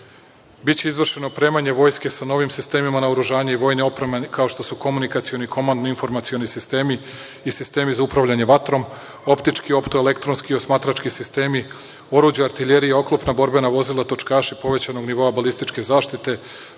Biće izvršeno opremanje vojske sa novih sistemima naoružanja i vojne opreme, kao što su komunikacioni i komandno-informacioni sistemi i sistemi za upravljanje vatrom, optički, elektronski i osmatrački sistemi, oruđe, artiljerija, oklopna borbena vozila, točkaši povećanog nivoa, balističke zaštite,